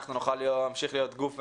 אנחנו נוכל להמשיך להיות גוף מפקח,